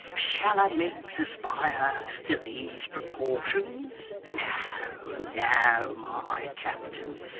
shall a miggs aspire to these proportions! no, no, my captain.